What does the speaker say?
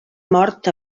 mort